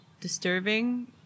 disturbing